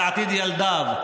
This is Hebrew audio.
על עתיד ילדיו.